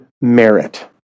merit